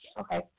Okay